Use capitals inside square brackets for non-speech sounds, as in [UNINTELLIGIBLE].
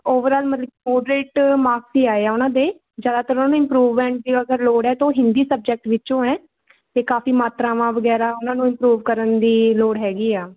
overall ਮਤਲਬ [UNINTELLIGIBLE] marks ਹੀ ਆਏ ਆ ਉਹਨਾਂ ਦੇ ਜ਼ਿਆਦਾਤਰ ਉਹਨਾਂ ਨੂੰ ਇੰਪਰੂਵਮੈਂਟ ਦੀ ਅਗਰ ਲੋੜ ਹੈ ਤਾਂ ਉਹ ਹਿੰਦੀ ਸਬਜੈਕਟ ਵਿੱਚੋਂ ਐਂ ਅਤੇ ਕਾਫੀ ਮਾਤਰਾਵਾਂ ਵਗੈਰਾ ਉਹਨਾਂ ਨੂੰ ਇੰਪਰੂਵ ਕਰਨ ਦੀ ਲੋੜ ਹੈਗੀ ਆ